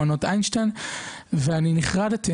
מעונות איינשטיין ואני נחרדתי.